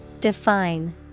Define